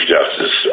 Justice